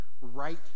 right